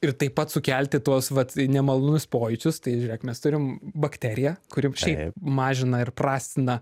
ir taip pat sukelti tuos vat nemalonus pojūčius tai žiūrėk mes turim bakteriją kuri šiaip mažina ir prastina